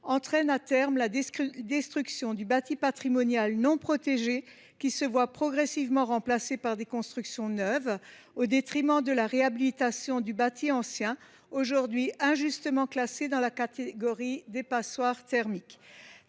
entraîne, à terme, la destruction du bâti patrimonial non protégé, qui se voit progressivement remplacer par des constructions neuves, et ce au détriment de la réhabilitation du bâti ancien, aujourd’hui injustement classé dans la catégorie des passoires thermiques.